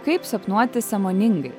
kaip sapnuoti sąmoningai